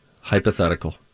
hypothetical